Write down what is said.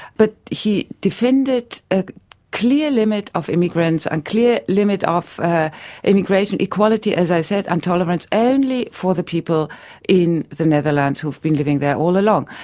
but he defended a clear limit of immigrants and a clear limit of ah immigration. equality, as i said, and tolerance only for the people in the netherlands who have been living there all along.